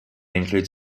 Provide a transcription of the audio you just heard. includes